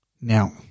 Now